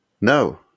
No